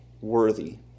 worthy